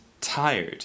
tired